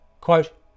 Quote